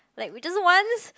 like we doesn't wants